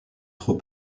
trop